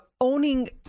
owning